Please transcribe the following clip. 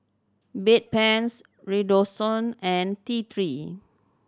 Bedpans Redoxon and T Three